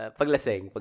Paglaseng